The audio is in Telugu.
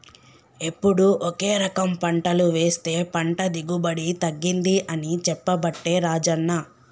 ఎప్పుడు ఒకే రకం పంటలు వేస్తె పంట దిగుబడి తగ్గింది అని చెప్పబట్టే రాజన్న